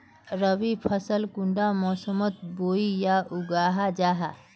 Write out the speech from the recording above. रवि फसल कुंडा मोसमोत बोई या उगाहा जाहा?